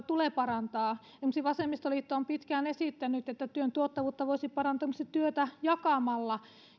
tulee parantaa esimerkiksi vasemmistoliitto on pitkään esittänyt että työn tuottavuutta voisi parantaa esimerkiksi työtä jakamalla